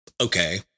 okay